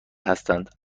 هستند